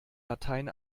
latein